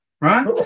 Right